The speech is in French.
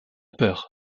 peur